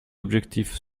objectif